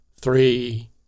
three